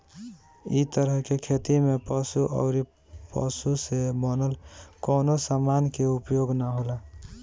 इ तरह के खेती में पशु अउरी पशु से बनल कवनो समान के उपयोग ना होला